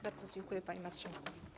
Bardzo dziękuję, panie marszałku.